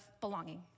belonging